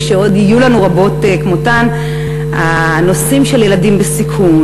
ושעוד יהיו לנו רבות כמותן הנושאים של ילדים בסיכון,